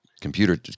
computer